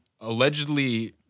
allegedly